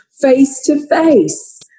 face-to-face